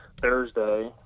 thursday